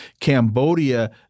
Cambodia